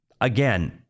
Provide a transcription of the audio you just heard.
again